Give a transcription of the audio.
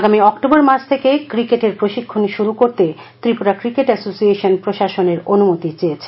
আগামী অক্টোবর মাস থেকে ক্রিকেটের প্রশিক্ষণ শুরু করতে ত্রিপুরা ক্রিকেট এসোসিয়েশন প্রশাসনের অনুমতি চেয়েছেন